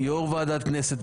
יושב-ראש ועדת כנסת,